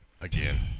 Again